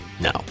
No